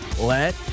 let